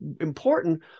important